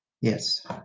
yes